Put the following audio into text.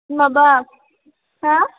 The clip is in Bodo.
माबा हा